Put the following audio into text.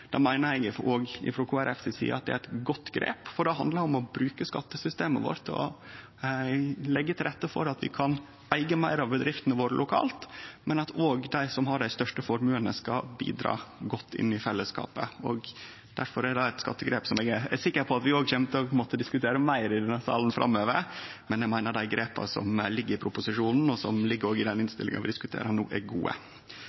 er eit godt grep. Det handlar om å bruke skattesystemet vårt og leggje til rette for at vi kan eige meir av bedriftene våre lokalt, men at òg dei som har dei største formuane, skal bidra godt inn i fellesskapet. Difor er det eit skattegrep som eg er sikker på at vi òg kjem til å måtte diskutere meir i denne salen framover. Men eg meiner dei grepa som ligg i proposisjonen og som ligg òg i